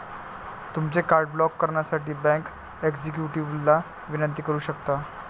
तुमचे card block करण्यासाठी bank एक्झिक्युटिव्हला विनंती करू शकता